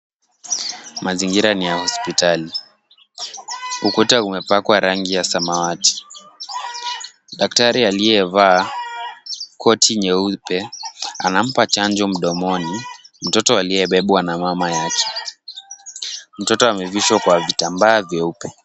Mazingira ni ya hospitali. Ukuta umepakwa rangi ya samawati. Daktari aliyevaa koti nyeupe anampa chanjo mdomoni mtoto aliyebebwa na mama yake. Mtoto amevishwa kwa vitambaa vyeupe.